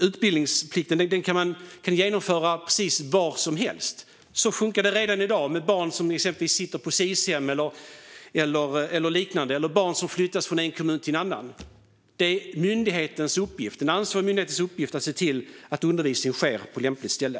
Utbildningen kan genomföras precis var som helst. Så funkar det redan i dag för barn som sitter på Sis-hem eller liknande och för barn som flyttas från en kommun till en annan. Det är den ansvariga myndighetens uppgift att se till att undervisning sker på lämpligt ställe.